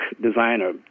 designer